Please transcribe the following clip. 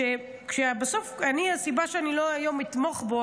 בסוף הסיבה שאני היום לא אתמוך בו,